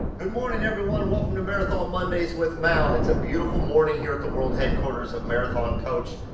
good morning everyone, welcome to marathon mondays with mal. it's a beautiful morning here at the world headquarters of marathon coach.